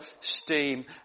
steam